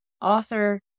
author